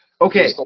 Okay